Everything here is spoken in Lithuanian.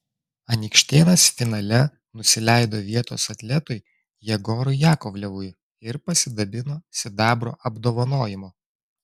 anykštėnas finale nusileido vietos atletui jegorui jakovlevui ir pasidabino sidabro apdovanojimu